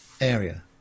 area